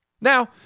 Now